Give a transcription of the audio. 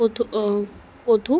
Kathak